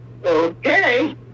Okay